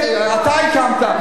אתה הקמת?